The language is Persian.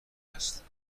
هست